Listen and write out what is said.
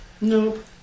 Nope